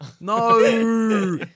No